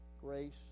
grace